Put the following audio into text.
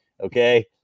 Okay